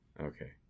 Okay